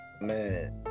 man